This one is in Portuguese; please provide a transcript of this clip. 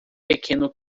pequeno